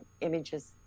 images